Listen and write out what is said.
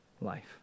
life